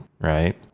right